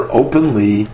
openly